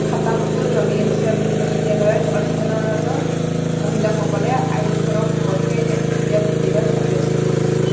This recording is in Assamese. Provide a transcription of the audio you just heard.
খাটাম উল নবিয়েন ছিয়া বিশ্ববিদ্যালয়ত অধ্যয়নৰত মহিলাসকলে আইনখনৰ সপক্ষে এক সুকীয়া প্ৰতিবাদ সাব্যস্ত কৰিছিল